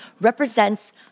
represents